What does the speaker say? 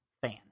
fan